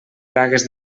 bragues